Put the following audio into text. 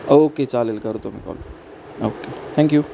okay चालेल करतो मी कॉल ओके थँक्यू